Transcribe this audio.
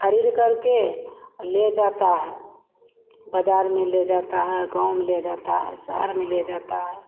खरीद करके ले जाता है बाज़ार में ले जाता है गाँव में ले जाता है शहर में ले जाता है